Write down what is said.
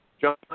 John